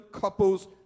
couples